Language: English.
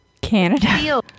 Canada